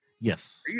Yes